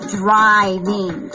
driving